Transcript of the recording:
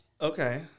Okay